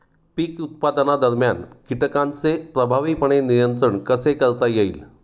पीक उत्पादनादरम्यान कीटकांचे प्रभावीपणे नियंत्रण कसे करता येईल?